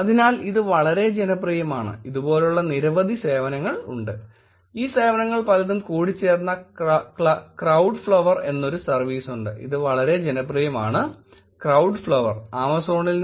അതിനാൽ ഇത് വളരെ ജനപ്രിയമാണ് ഇതുപോലുള്ള നിരവധി സേവനങ്ങൾ ഉണ്ട് ഈ സേവനങ്ങൾ പലതും കൂടിച്ചേർന്ന ക്രൌഡ്ഫ്ലവർ എന്നൊരു സർവീസ് ഉണ്ട് ഇത് വളരെ ജനപ്രിയമാണ് ക്രൌഡ്ഫ്ലവർ ആമസോണിൽ